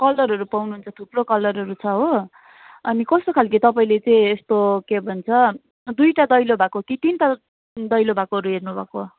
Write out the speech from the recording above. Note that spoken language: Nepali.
कलरहरू पाउनु हुन्छ थुप्रो कलरहरू छ हो अनि कस्तो खालके तपाईँले चाहिँ यस्तो के भन्छ दुईवटा दैलो भएको कि तिनवटा दैलो भएकोहरू हेर्नु भएको